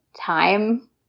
time